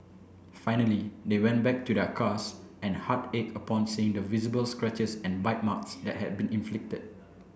finally they went back to their cars and heart ached upon seeing the visible scratches and bite marks that had been inflicted